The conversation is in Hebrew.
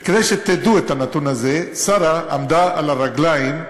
וכדאי שתדעו את הנתון הזה: שרה עמדה על הרגליים,